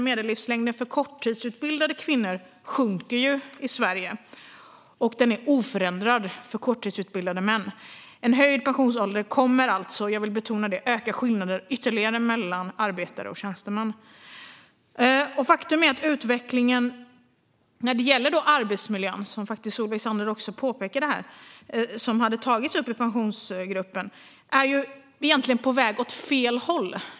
Medellivslängden för korttidsutbildade kvinnor sjunker i Sverige, och den är oförändrad för korttidsutbildade män. En höjd pensionsålder kommer alltså - jag vill betona det - att öka skillnaden ytterligare mellan arbetare och tjänstemän. Faktum är att utvecklingen när det gäller arbetsmiljön, som Solveig Zander också påpekade och som tagits upp i Pensionsgruppen, är på väg åt fel håll.